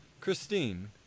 Christine